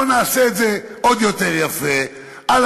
בוא נעשה את זה עוד יותר יפה, תודה.